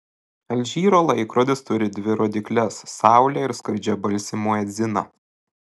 alžyro laikrodis turi dvi rodykles saulę ir skardžiabalsį muedziną